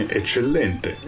eccellente